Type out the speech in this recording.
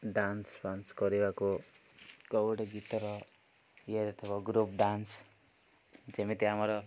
ଡ଼୍ୟାନ୍ସଫାନ୍ସ କରିବାକୁ କଉ ଗୋଟେ ଗୀତର ଇଏରେ ଥିବ ଗ୍ରୁପ୍ ଡ଼୍ୟାନ୍ସ ଯେମିତି ଆମର